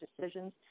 decisions